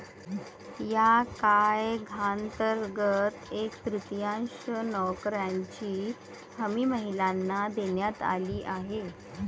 या कायद्यांतर्गत एक तृतीयांश नोकऱ्यांची हमी महिलांना देण्यात आली आहे